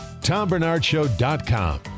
tombernardshow.com